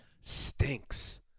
Stinks